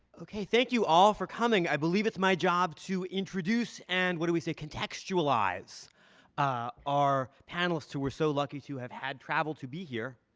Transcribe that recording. ok. thank you all for coming. i believe it's my job to introduce and, and, what do we say, contextualize our panelists who we're so lucky to have had travel to be here.